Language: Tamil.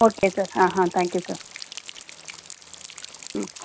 ஓகே சார் ஆ ஆ தேங்க்யூ சார் ம்